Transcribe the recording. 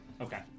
Okay